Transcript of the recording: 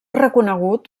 reconegut